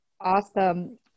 awesome